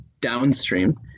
downstream